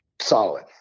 solid